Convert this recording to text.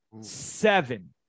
Seven